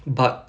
but